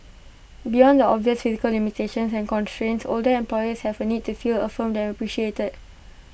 beyond the obvious physical limitations and constraints older employees have A need to feel affirmed and appreciated